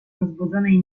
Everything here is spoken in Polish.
rozbudzonej